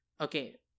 okay